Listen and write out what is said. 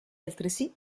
altresì